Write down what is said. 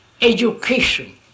education